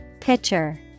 Pitcher